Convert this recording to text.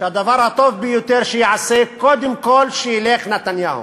שהדבר הטוב ביותר שייעשה זה קודם כול שילך נתניהו.